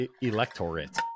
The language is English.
Electorate